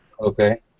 Okay